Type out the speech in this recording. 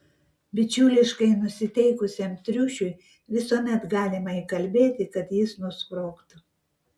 bičiuliškai nusiteikusiam triušiui visuomet galima įkalbėti kad jis nusprogtų